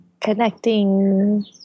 Connecting